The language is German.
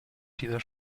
dieser